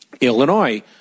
Illinois